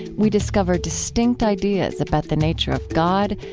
we discover distinct ideas about the nature of god,